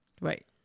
Right